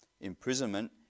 imprisonment